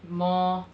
more